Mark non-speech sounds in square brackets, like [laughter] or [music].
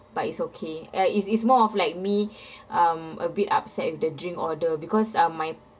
but it's okay uh it's it's more of like me [breath] um a bit upset with the drink order because um my